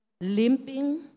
limping